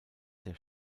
der